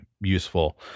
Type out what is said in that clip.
useful